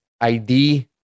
ID